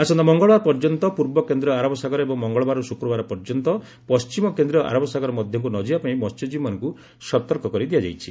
ଆସନ୍ତା ମଙ୍ଗଳବାର ପର୍ଯ୍ୟନ୍ତ ପୂର୍ବ କେନ୍ଦ୍ରୀୟ ଆରବ ସାଗର ଏବଂ ମଙ୍ଗଳବାରରୁ ଶୁକ୍ରବାର ପର୍ଯ୍ୟନ୍ତ ପଣ୍ଟିମ କେନ୍ଦ୍ରୀୟ ଆରବ ସାଗର ମଧ୍ୟକୁ ନ ଯିବାପାଇଁ ମହ୍ୟଜୀବୀମାନଙ୍କୁ ସତର୍କ କରିଦିଆଯାଇଛି